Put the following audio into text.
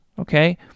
okay